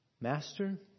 Master